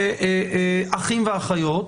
אחים ואחיות,